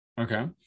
Okay